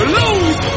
lose